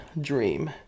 dream